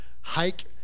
hike